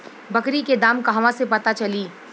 बकरी के दाम कहवा से पता चली?